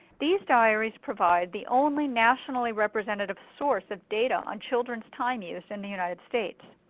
these diaries provide the only nationally-representative source of data on childrens time use in the united states.